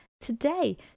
today